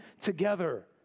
together